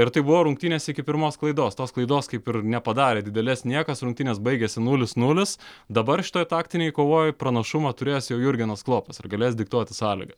ir tai buvo rungtynės iki pirmos klaidos tos klaidos kaip ir nepadarė didelės niekas rungtynės baigėsi nulis nulis dabar šitoj taktinėj kovoj pranašumą turės jau jurgenas klopas ir galės diktuoti sąlygą